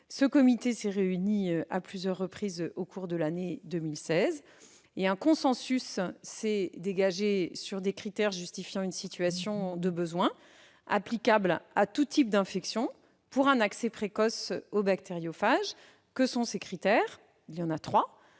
Ce comité s'est réuni à plusieurs reprises au cours de l'année 2016. Un consensus s'est dégagé sur trois critères justifiant une situation de besoin, applicables à tout type d'infections pour un accès précoce aux bactériophages, à savoir un pronostic